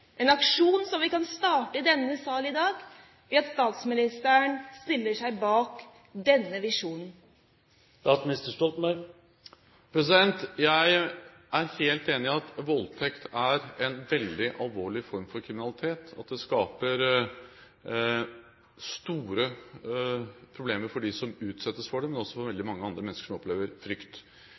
en aksjon som vi kan starte i denne sal i dag, ved at statsministeren stiller seg bak denne visjonen. Jeg er helt enig i at voldtekt er en veldig alvorlig form for kriminalitet, at det skaper store problemer for dem som utsettes for det, men også for veldig mange andre mennesker som opplever frykt.